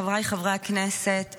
חבריי חברי הכנסת,